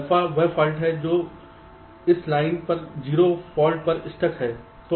alpha वह fault है जो इस लाइन पर 0 फाल्ट पर स्टक है